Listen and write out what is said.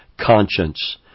conscience